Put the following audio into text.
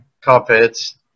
carpets